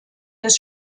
des